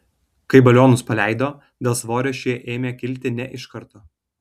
kai balionus paleido dėl svorio šie ėmė kilti ne iš karto